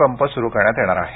pump सुरु करण्यात येणार आहे